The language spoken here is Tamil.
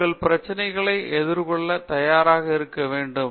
விஸ்வநாதன் அவர்கள் பிரச்சினைகளை எதிர்கொள்ள தயாராக இருக்க வேண்டும்